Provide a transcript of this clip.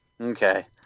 Okay